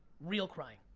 real crying.